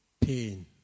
pain